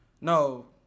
No